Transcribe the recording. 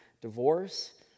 divorce